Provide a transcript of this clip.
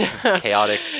Chaotic